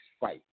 fight